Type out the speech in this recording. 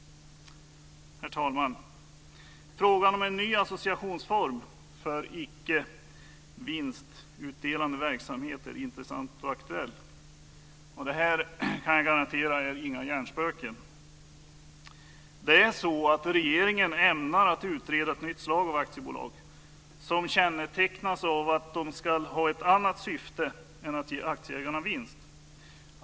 Herr talman! Frågan om en ny associationsform för icke vinstutdelande verksamhet är intressant och aktuell. Detta är inga hjärnspöken; det kan jag garantera. Regeringen ämnar utreda ett nytt slag av aktiebolag som kännetecknas av att de ska ha ett annat syfte än att ge aktieägarna vinst.